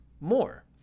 more